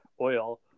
oil